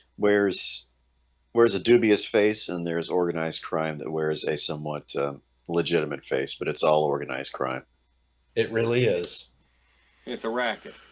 wears wears a dubious face, and there's organized crime that wears a somewhat legitimate face, but it's all organized crime it really is it's a racket